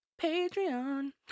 patreon